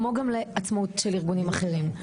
כמו גם לעצמאות של ארגונים אחרים.